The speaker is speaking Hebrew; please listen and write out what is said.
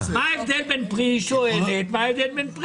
היא שואלת מה ההבדל בין פרי לבין מיץ טבעי.